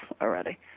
already